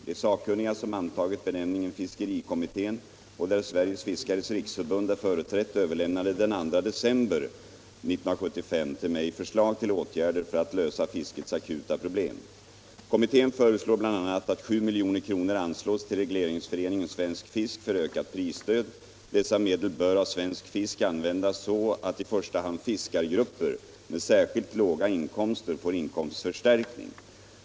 De sakkunniga, som antagit benämningen fiskerikommittén och där Sveriges fiskares riksförbund är företrätt, överlämnade den 2 december 1975 till mig förslag till åtgärder för att lösa fiskets akuta problem. Kommittén föreslår bl.a. att 7 milj.kr. anslås till regleringsföreningen Svensk Fisk för ökat prisstöd. Dessa medel bör av Svensk Fisk användas så att i första hand fiskargrupper med särskilt låga inkomster får inkomstförstärkning.